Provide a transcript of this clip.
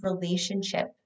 relationship